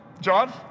John